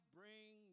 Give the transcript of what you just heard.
bring